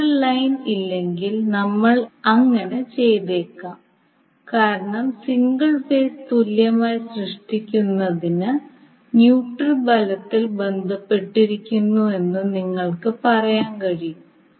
neutral line ഇല്ലെങ്കിലും നമ്മൾ അങ്ങനെ ചെയ്തേക്കാം കാരണം സിംഗിൾ ഫേസ് തുല്യമായി സൃഷ്ടിക്കുന്നതിന് ന്യൂട്രൽ ഫലത്തിൽ ബന്ധപ്പെട്ടിരിക്കുന്നുവെന്ന് നിങ്ങൾക്ക് പറയാൻ കഴിയും